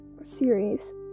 series